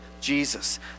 Jesus